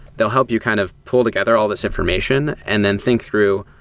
they'll help you kind of pull together all this information and then think through,